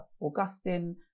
augustine